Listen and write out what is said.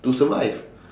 to survive